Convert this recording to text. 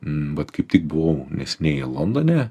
vat kaip tik buvau neseniai londone